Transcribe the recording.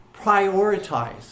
prioritize